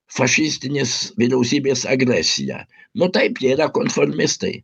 fašistinės vyriausybės agresiją nu taip jie yra konformistai